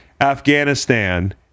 Afghanistan